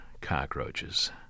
cockroaches